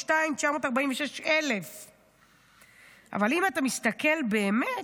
302,946. אבל אם אתה מסתכל באמת,